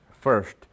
first